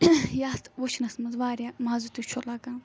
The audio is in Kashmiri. یَتھ وٕچھنَس منٛز وارِیاہ مَزٕ تہِ چھُ لَگان